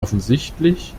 offensichtlich